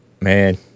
man